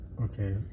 Okay